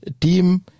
team